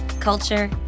culture